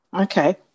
okay